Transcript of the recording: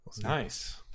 nice